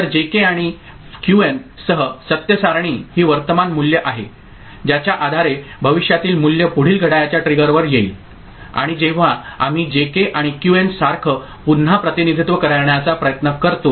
तर J K आणि QN सह सत्य सारणी ही वर्तमान मूल्य आहे ज्याच्या आधारे भविष्यातील मूल्य पुढील घड्याळाच्या ट्रिगरवर येईल आणि जेव्हा आम्ही जे के आणि क्यूएन सारखं पुन्हा प्रतिनिधित्व करण्याचा प्रयत्न करतो